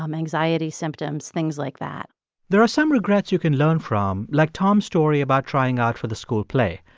um anxiety symptoms, things like that there are some regrets you can learn from, like tom's story about trying out for the school play.